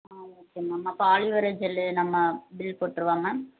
ஆ okay ma'am அப்போ aloe vera gel நம்ம bill போட்டிருவா மேம்